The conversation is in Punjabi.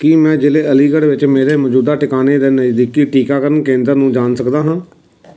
ਕੀ ਮੈਂ ਜ਼ਿਲ੍ਹੇ ਅਲੀਗੜ੍ਹ ਵਿੱਚ ਮੇਰੇ ਮੌਜੂਦਾ ਟਿਕਾਣੇ ਦੇ ਨਜ਼ਦੀਕੀ ਟੀਕਾਕਰਨ ਕੇਂਦਰ ਨੂੰ ਜਾਣ ਸਕਦਾ ਹਾਂ